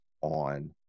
on